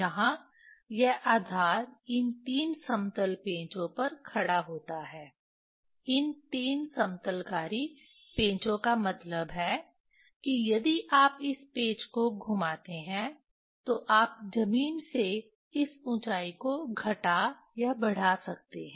यहाँ यह आधार इन 3 समतल पेंचो पर खड़ा होता है इन समतलकारी पेंचो का मतलब है कि यदि आप इस पेंच को घुमाते हैं तो आप जमीन से इस ऊंचाई को घटा या बढ़ा सकते हैं